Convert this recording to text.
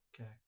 okay